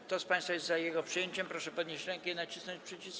Kto z państwa jest za jego przyjęciem, proszę podnieść rękę i nacisnąć przycisk.